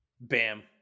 Bam